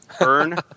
Earn